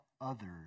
others